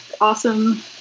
awesome